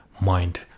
mind